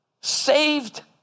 saved